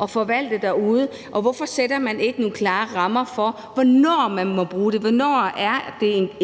at forvalte derude? Og hvorfor sætter man ikke nogle klare rammer for, hvornår man må bruge det, for hvornår er det en